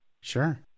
Sure